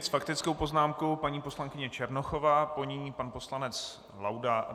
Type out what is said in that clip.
S faktickou poznámkou paní poslankyně Černochová, po ní pan poslanec Laudát.